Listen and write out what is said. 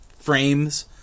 frames